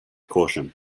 caution